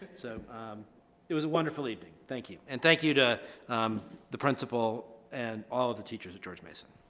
so it was a wonderful evening. thank you. and thank you to the principal and all of the teachers of george mason.